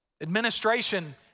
Administration